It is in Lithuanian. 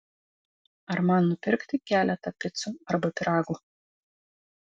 ar man nupirkti keletą picų arba pyragų